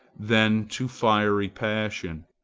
then to fiery passion,